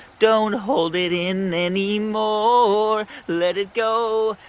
don't hold it in anymore. let it go.